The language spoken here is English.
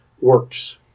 works